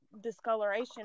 discoloration